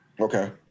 Okay